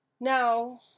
Now